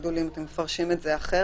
תגידו לי אם אתם מפרשים את זה אחרת.